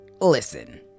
listen